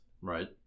Right